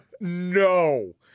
no